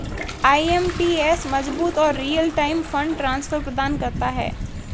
IMPS मजबूत और real time fund transfer प्रदान करता है